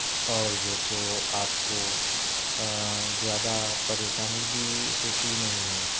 اور جو سو آپ کو زیادہ پریشانی بھی ہوتی نہیں ہے اس میں